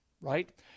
right